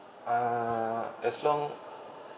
uh as long